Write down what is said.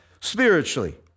spiritually